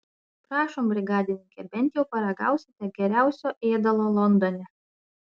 prašom brigadininke bent jau paragausite geriausio ėdalo londone